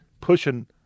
pushing